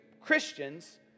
Christians